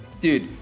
Dude